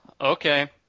Okay